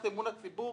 אני מצטרף.